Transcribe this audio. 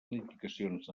modificacions